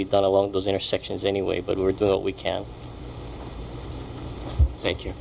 be done along those intersections anyway but we're we can thank you